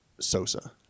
Sosa